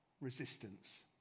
resistance